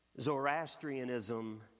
Zoroastrianism